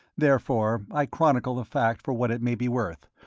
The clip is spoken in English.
therefore i chronicle the fact for what it may be worth,